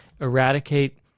eradicate